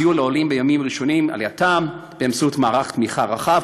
סיוע לעולים בימים הראשונים לאחר עלייתם באמצעות מערך תמיכה רחב,